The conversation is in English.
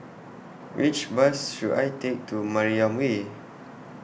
Which Bus should I Take to Mariam Way